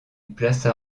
plaça